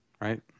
Right